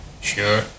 Sure